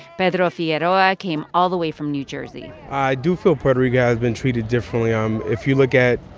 pedro figueroa came all the way from new jersey i do feel puerto rico has been treated differently. um if you look at,